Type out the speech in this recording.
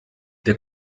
der